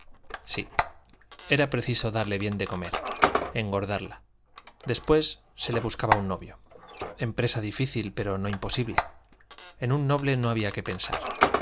sí era preciso darle bien de comer engordarla después se le buscaba un novio empresa difícil pero no imposible en un noble no había que pensar